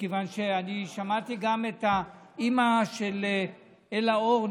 מכיוון שאני שמעתי גם את האימא של אלה אור,